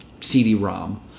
CD-ROM